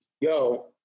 Yo